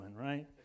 right